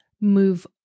move